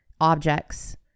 objects